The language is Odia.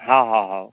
ହଁ ହଁ ହେଉ